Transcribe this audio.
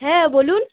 হ্যাঁ বলুন